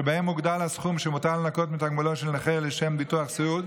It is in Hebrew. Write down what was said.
שבהן מוגדל הסכום שמותר לנכות מתגמולו של נכה לשם ביטוח סיעוד,